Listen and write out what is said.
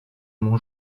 mon